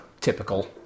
typical